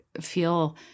Feel